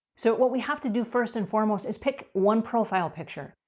so, what we have to do first and foremost is pick one profile picture.